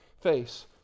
face